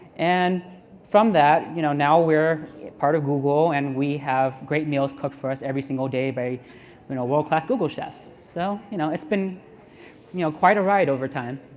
and from that, you know now we're part of google and we have great meals cooked for us every single day by a world-class google chef. so you know it's been you know quite a ride over time.